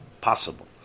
possible